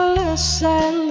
listen